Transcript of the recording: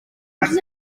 curses